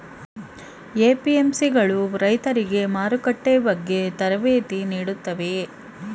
APMC ಗಳು ರೈತರಿಗೆ ಮಾರುಕಟ್ಟೆ ಬಗ್ಗೆ ತರಬೇತಿ ನೀಡುತ್ತವೆಯೇ?